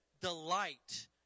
delight